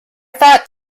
thought